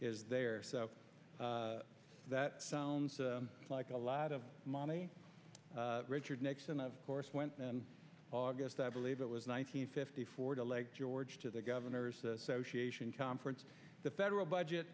is there so that sounds like a lot of money richard nixon of course went and august i believe it was one hundred fifty four to lake george to the governors association conference the federal budget